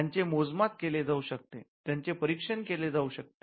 त्यांचे मोजमाप केले जावू शकते त्यांचे परीक्षण केले जाऊ शकते